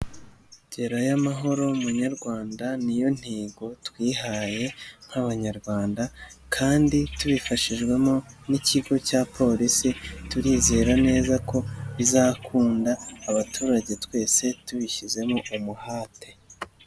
Gerayo amahoro munyarwanda niyo ntego twihaye nk'abanyarwanda kandi tubifashijwemo n'ikigo cya polisi, turizera neza ko izakunda, abaturage twese tubishyizemo umuhate.